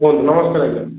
କୁହନ୍ତୁ ନମସ୍କାର ଆଜ୍ଞା